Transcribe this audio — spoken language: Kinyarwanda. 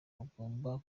bagomba